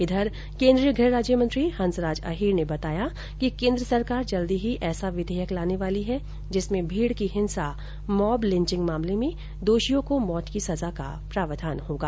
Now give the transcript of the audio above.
इधर केन्द्रीय गृह राज्य मंत्री हंसराज अहीर ने बताया कि केन्द्र सरकार जल्दी ही ऐसा विधेयक लाने वाली है जिसमें भीड की हिंसा मॉब लिंचिंग मामले में दोषियों को मौत की सजा का प्रावधान होगा